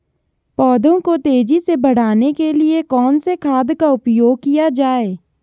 पौधों को तेजी से बढ़ाने के लिए कौन से खाद का उपयोग किया जाए?